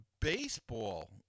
baseball